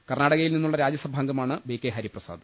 കർണ്ണാടകയിൽ നിന്നു ളള രാജ്യസഭാംഗമാണ് ബി കെ ഹരിപ്രസാദ്